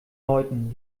leuten